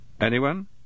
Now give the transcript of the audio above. Anyone